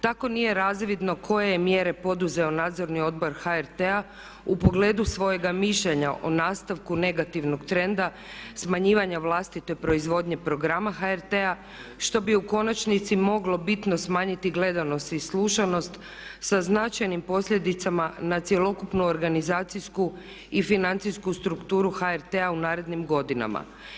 Tako nije razvidno koje je mjere poduzeo Nadzorni odbor HRT-a u pogledu svojega mišljenja o nastavku negativnog trenda smanjivanja vlastite proizvodnje programa HRT-a što bi u konačnici moglo bitno smanjiti gledanost i slušanost sa značajnim posljedicama na cjelokupnu organizacijsku i financijsku strukturu HRT-a u narednim godinama.